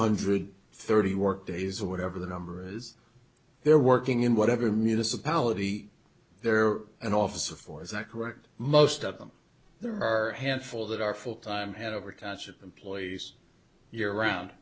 hundred thirty work days or whatever the number is they're working in whatever municipality they're an officer for is that correct most of them there are a handful that are full time had over township employees year round